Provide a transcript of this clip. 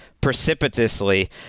precipitously